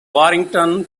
warrington